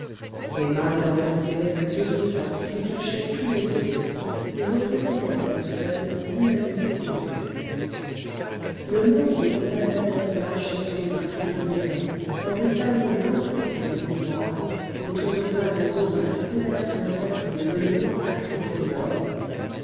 emma n'en apercevait que deux ou trois qui lui cachaient tous les autres et représentaient à eux seuls l'humanité complète le monde des ambassadeurs marchait sur des parquets luisants dans des salons lambrissés de miroirs autour de tables ovales couvertes d'un tapis de velours à crépines d'or